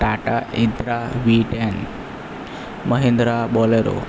ટાટા ઇન્દ્રા V ten Mahindra Bolero